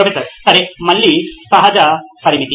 professor సరే మళ్ళీ సహజ పరిమితి